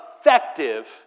effective